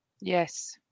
Yes